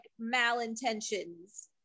malintentions